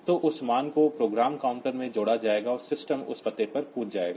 तो उस मान को प्रोग्राम काउंटर में जोड़ा जाएगा और सिस्टम उस पते पर जंप जाएगा